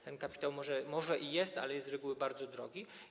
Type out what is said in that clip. Ten kapitał może i jest, ale jest z reguły bardzo drogi.